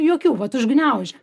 jokių vat užgniaužia